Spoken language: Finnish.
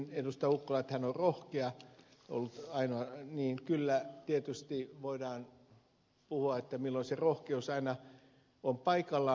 ukkola että hän on rohkea ollut aina niin kyllä tietysti voidaan kysyä milloin se rohkeus aina on paikallaan